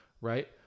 Right